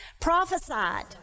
prophesied